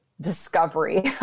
discovery